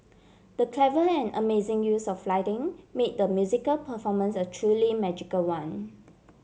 the clever and amazing use of lighting made the musical performance a truly magical one